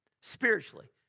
Spiritually